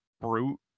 brute